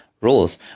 roles